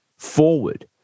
forward